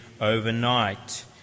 overnight